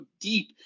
deep